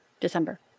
December